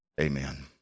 Amen